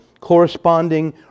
corresponding